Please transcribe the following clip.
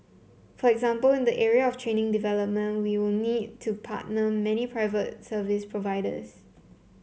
for example in the area of training development we will need to partner many private service providers